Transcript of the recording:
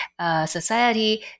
society